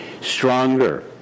stronger